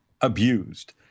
abused